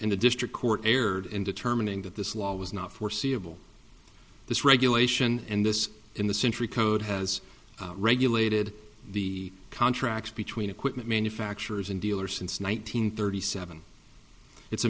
and the district court erred in determining that this law was not foreseeable this regulation and this in the century code has regulated the contracts between equipment manufacturers and dealers since one nine hundred thirty seven it's